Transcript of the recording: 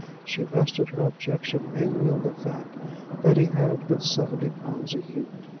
she rested her objection mainly on the fact that he had but seventy pounds a year.